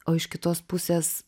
o iš kitos pusės